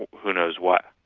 who knows what.